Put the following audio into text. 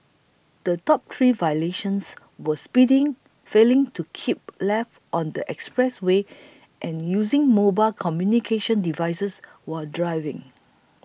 the top three violations were speeding failing to keep left on the expressway and using mobile communications devices while driving